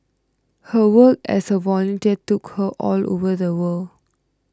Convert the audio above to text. her work as a volunteer took her all over the world